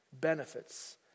benefits